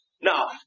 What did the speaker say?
Now